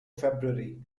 february